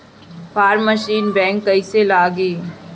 Form machine bank कईसे लागी?